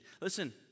Listen